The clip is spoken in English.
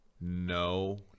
no